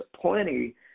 plenty